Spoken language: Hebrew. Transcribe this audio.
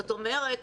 זאת אומרת,